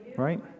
Right